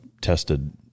tested